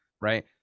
right